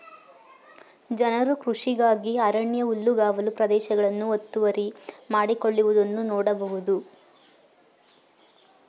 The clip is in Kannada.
ಜನರು ಕೃಷಿಗಾಗಿ ಅರಣ್ಯ ಹುಲ್ಲುಗಾವಲು ಪ್ರದೇಶಗಳನ್ನು ಒತ್ತುವರಿ ಮಾಡಿಕೊಳ್ಳುವುದನ್ನು ನೋಡ್ಬೋದು